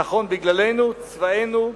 נכון, בגללנו, צבאנו,